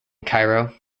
cairo